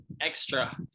extra